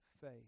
faith